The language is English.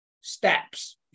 steps